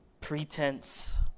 pretense